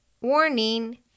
warning